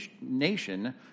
nation